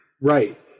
Right